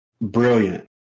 brilliant